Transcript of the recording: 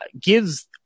gives